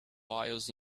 files